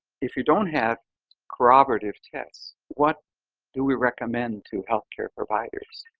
if you don't have corroborative tests, what do we recommend to healthcare providers?